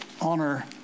honor